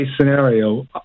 scenario